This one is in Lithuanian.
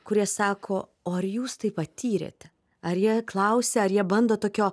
kurie sako o ar jūs tai patyrėte ar jie klausia ar jie bando tokio